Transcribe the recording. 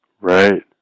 Right